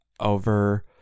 over